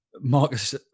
Marcus